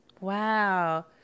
Wow